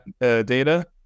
data